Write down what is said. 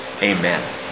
Amen